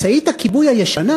משאית הכיבוי הישנה,